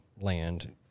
land